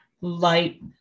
light